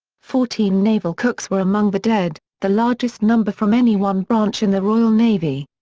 fourteen naval cooks were among the dead, the largest number from any one branch in the royal navy.